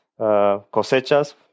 cosechas